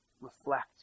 reflect